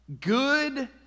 Good